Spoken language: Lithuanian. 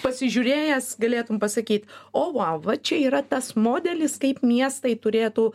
pasižiūrėjęs galėtum pasakyt o vau va čia yra tas modelis kaip miestai turėtų